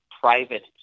private